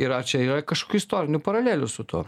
ir ar čia yra kažkokių istorinių paralelių su tuo